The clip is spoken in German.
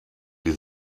die